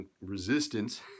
resistance